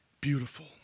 beautiful